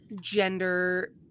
gender